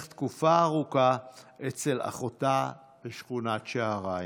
תקופה ארוכה אצל אחותה בשכונת שעריים.